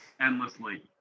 endlessly